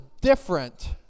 different